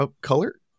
color